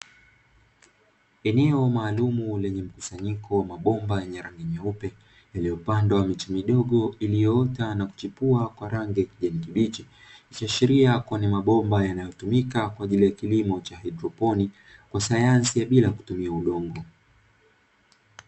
Eneo maalumu lenye mkusanyiko wa mabomba yenye rangi meupe ikiwa na miti midogo iliyoota na kuchipua kwa rangi ya kijani kibichi, ikiashiria kuwa ni mabomba yanayotumika kwa ajili ya kilimo cha kihaidroponi cha sayansi ya bila kutumia udongo.